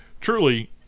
truly